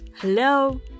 Hello